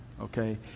Okay